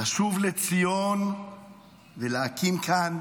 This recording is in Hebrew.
לשוב לציון ולהקים כאן